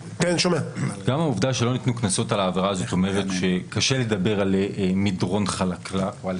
העובדה הזאת אומרת שקשה לדבר על מדרון חלקלק או על